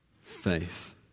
faith